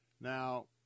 Now